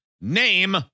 name